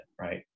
right